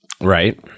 right